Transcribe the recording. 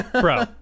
bro